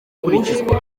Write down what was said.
gukurikizwa